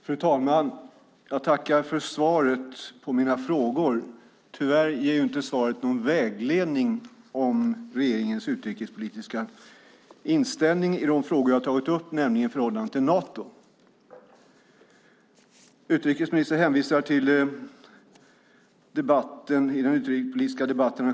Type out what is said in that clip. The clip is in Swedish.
Fru talman! Jag tackar för svaret på mina frågor. Tyvärr ger inte svaret någon vägledning om regeringens utrikespolitiska inställning i de frågor jag har tagit upp, nämligen förhållandet till Nato.